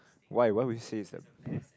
why why would you say is a ppo